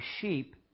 sheep